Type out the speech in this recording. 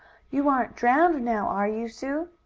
you aren't drowned now are you, sue?